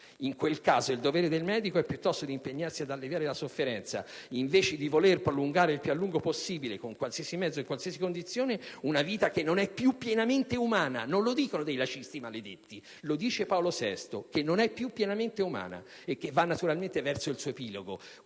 In quel caso, il dovere del medico è piuttosto di impegnarsi ad alleviare la sofferenza, invece di voler prolungare il più a lungo possibile, con qualsiasi mezzo e in qualsiasi condizione, una vita che non è più pienamente umana» - non lo dicono dei laicisti maledetti, lo dice Paolo VI - «e che va naturalmente verso il suo epilogo».